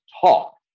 talk